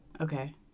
Okay